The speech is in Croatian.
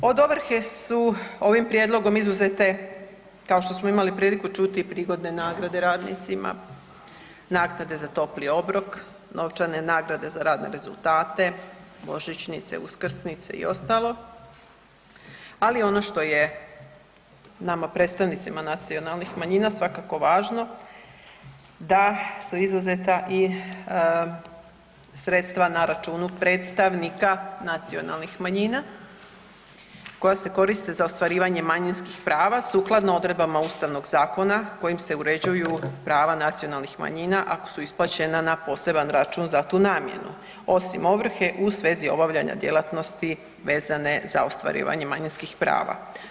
Od ovrhe su ovim prijedlogom izuzete, kao što smo imali priliku čuti, prigodne nagrade radnicima, naknade za topli obrok, novčane nagrade za radne rezultate, božičnice, uskrsnice i ostalo, ali ono što je nama predstavnicima nacionalnih manjina svakako važno da su izuzeta i sredstva na računu predstavnika nacionalnih manjina koja se koriste za ostvarivanje manjinskih prava sukladno odredbama Ustavnog zakona kojim se uređuju prava nacionalnih manjina ako su isplaćena na poseban račun za tu namjenu osim ovrhe u svezi obavljanja djelatnosti vezane za ostvarivanje manjinskih prava.